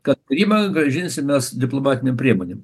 kad krymą grąžinsim mes diplomatinėm priemonėm